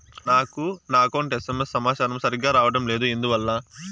నాకు నా account SMS సమాచారము సరిగ్గా రావడం లేదు ఎందువల్ల?